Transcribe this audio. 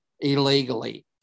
illegally